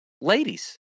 ladies